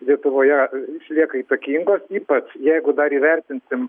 lietuvoje išlieka įtakingos ypač jeigu dar įvertinsim